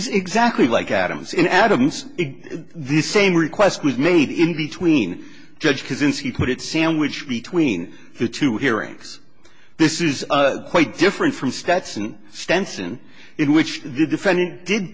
is exactly like adams in adams the same request was made in between judge kozinski put it sandwiched between the two hearings this is quite different from stetson stenson in which the defendant did